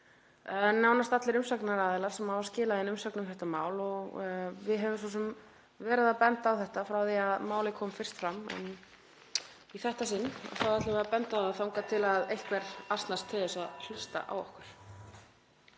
nánast allir umsagnaraðilar sem hafa skilað inn umsögn um málið. Við höfum svo sem verið að benda á þetta frá því að málið kom fyrst fram en í þetta sinn ætlum við að benda á það þangað til að einhver (Forseti hringir.) hlustar á okkur.